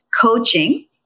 coaching